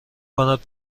کند